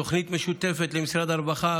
תוכנית משותפת למשרד הרווחה,